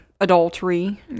adultery